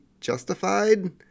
justified